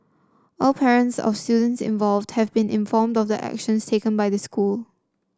all parents of students involved have been informed of the actions taken by the school